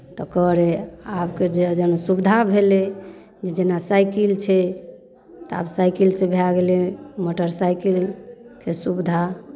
तऽ करय आबके जे जखन सुविधा भेलय जे जेना साइकिल छै तऽ आब साइकिलसँ भए गेलय मोटर साइकिलके सुविधा